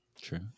True